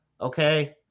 okay